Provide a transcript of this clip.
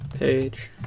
page